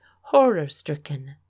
horror-stricken